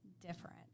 different